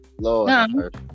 Lord